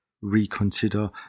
reconsider